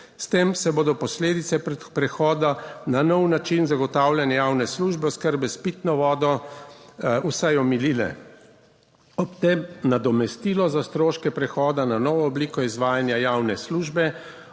S tem se bodo posledice prehoda na nov način zagotavljanja javne službe oskrbe s pitno vodo vsaj omilile. Ob tem nadomestilo za stroške prehoda na novo obliko izvajanja javne službe